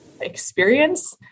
experience